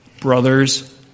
Brothers